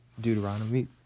Deuteronomy